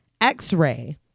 X-ray